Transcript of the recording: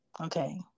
Okay